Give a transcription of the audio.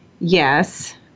yes